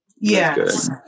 Yes